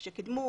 שקידמו,